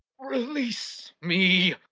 release me.